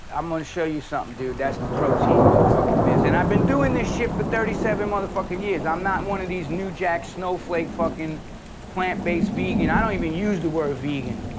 i'm gonna show you something dude, that's the protein motherfucking mess and i've been doing this shit for thirty seven motherfucking years, i'm not one of these new jack snowflake fucking plant-based vegan, i don't even use the word vegan.